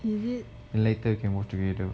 is it